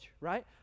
right